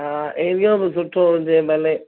हा एरियो बि सुठो हुजे भले